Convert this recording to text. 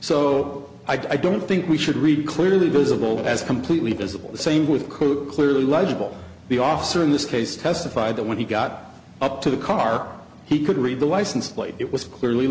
so i don't think we should read clearly visible as completely visible the same with could clearly legible the officer in this case testified that when he got up to the car he could read the license plate it was clearly